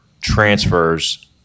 transfers